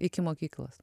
iki mokyklos